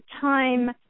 time